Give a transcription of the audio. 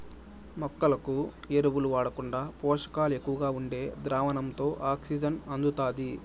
మొక్కలకు ఎరువులు వాడకుండా పోషకాలు ఎక్కువగా ఉండే ద్రావణంతో ఆక్సిజన్ అందుతుంది